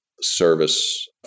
service